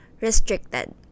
restricted